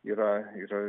yra yra